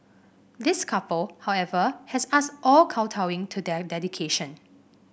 this couple however has us all kowtowing to their dedication